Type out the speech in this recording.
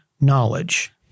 knowledge